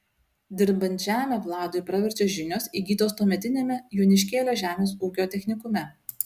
dirbant žemę vladui praverčia žinios įgytos tuometiniame joniškėlio žemės ūkio technikume